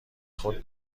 خودت